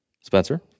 Spencer